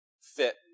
fit